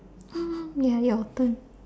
ya your turn